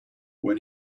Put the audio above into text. when